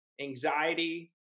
Anxiety